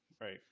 right